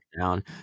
down